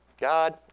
God